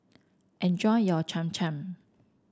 enjoy your Cham Cham